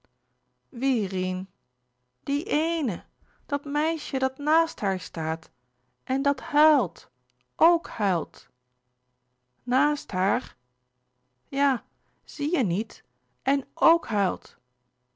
wie rien die eene dat meisje dat naast haar staat en dat huilt ook huilt naast haar ja zie je niet en ook huilt